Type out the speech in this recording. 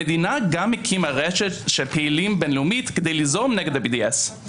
המדינה גם הקימה רשת בין-לאומית של פעילים כדי ליזום נגד ה-BDS.